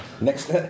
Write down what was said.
Next